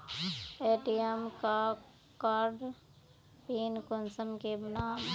ATM कार्डेर pin कुंसम के बनाम?